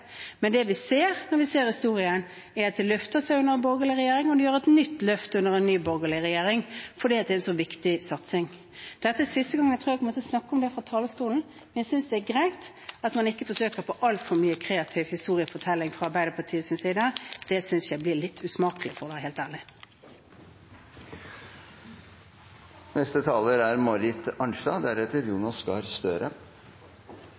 Men det vi ser når vi ser på historien, er at det løfter seg under en borgerlig regjering, og gjør et nytt løft under en ny borgerlig regjering, fordi det er en så viktig satsing. Dette tror jeg er siste gangen jeg kommer til å snakke om det fra talerstolen, men jeg synes det er greit at man ikke forsøker seg på altfor mye kreativ historiefortelling fra Arbeiderpartiets side. Det synes jeg blir litt usmakelig, for å være helt ærlig.